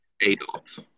Adolf